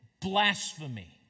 blasphemy